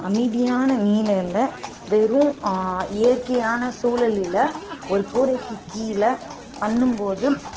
அமைதியான நிலையில வெறும் இயற்கையான சூழலில ஒரு கூரைக்கு கீழே பண்ணும்போது